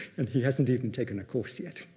and he hasn't even taken a course yet.